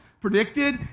predicted